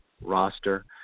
roster